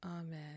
Amen